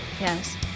Yes